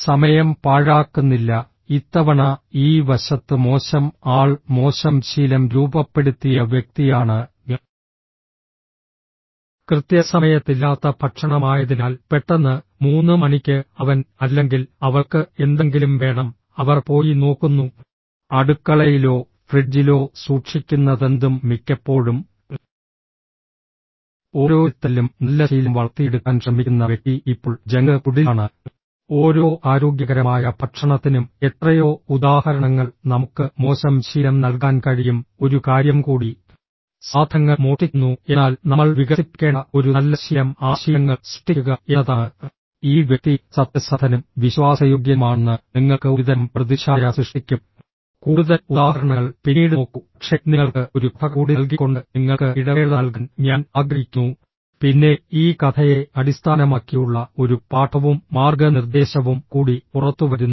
സമയം പാഴാക്കുന്നില്ല ഇത്തവണ ഈ വശത്ത് മോശം ആൾ മോശം ശീലം രൂപപ്പെടുത്തിയ വ്യക്തിയാണ് കൃത്യസമയത്തില്ലാത്ത ഭക്ഷണമായതിനാൽ പെട്ടെന്ന് മൂന്ന് മണിക്ക് അവൻ അല്ലെങ്കിൽ അവൾക്ക് എന്തെങ്കിലും വേണം അവർ പോയി നോക്കുന്നു അടുക്കളയിലോ ഫ്രിഡ്ജിലോ സൂക്ഷിക്കുന്നതെന്തും മിക്കപ്പോഴും ഓരോരുത്തരിലും നല്ല ശീലം വളർത്തിയെടുക്കാൻ ശ്രമിക്കുന്ന വ്യക്തി ഇപ്പോൾ ജങ്ക് ഫുഡിലാണ് ഓരോ ആരോഗ്യകരമായ ഭക്ഷണത്തിനും എത്രയോ ഉദാഹരണങ്ങൾ നമുക്ക് മോശം ശീലം നൽകാൻ കഴിയും ഒരു കാര്യം കൂടി സാധനങ്ങൾ മോഷ്ടിക്കുന്നു എന്നാൽ നമ്മൾ വികസിപ്പിക്കേണ്ട ഒരു നല്ല ശീലം ആ ശീലങ്ങൾ സൃഷ്ടിക്കുക എന്നതാണ് ഈ വ്യക്തി സത്യസന്ധനും വിശ്വാസയോഗ്യനുമാണെന്ന് നിങ്ങൾക്ക് ഒരുതരം പ്രതിച്ഛായ സൃഷ്ടിക്കും കൂടുതൽ ഉദാഹരണങ്ങൾ പിന്നീട് നോക്കൂ പക്ഷേ നിങ്ങൾക്ക് ഒരു കഥ കൂടി നൽകിക്കൊണ്ട് നിങ്ങൾക്ക് ഇടവേള നൽകാൻ ഞാൻ ആഗ്രഹിക്കുന്നു പിന്നെ ഈ കഥയെ അടിസ്ഥാനമാക്കിയുള്ള ഒരു പാഠവും മാർഗ്ഗനിർദ്ദേശവും കൂടി പുറത്തുവരുന്നു